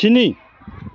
स्नि